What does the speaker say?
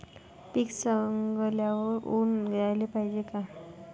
पीक सवंगल्यावर ऊन द्याले पायजे का?